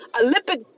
Olympic